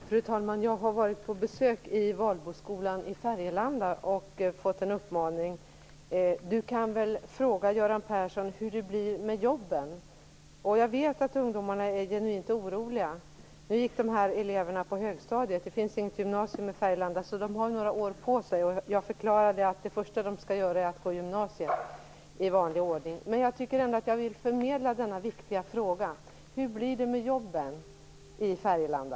Fru talman! Jag har varit på besök i Valboskolan i Färgelanda. Där fick jag uppmaningen: Du kan väl fråga Göran Persson hur det blir med jobben. Jag vet att ungdomarna är genuint oroliga. Nu gick dessa elever på högstadiet - det finns inget gymnasium i Färgelanda - så de har några år på sig. Jag förklarade för dem att det första som de skulle göra var att gå i gymnasiet. Men jag vill ändå förmedla denna viktiga fråga. Hur blir det med jobben i Färgelanda?